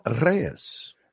Reyes